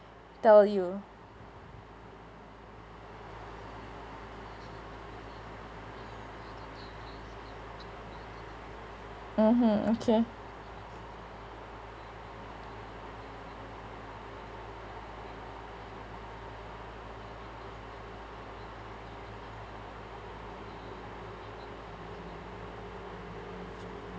tell you mmhmm okay